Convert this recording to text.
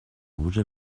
rouge